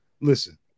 listen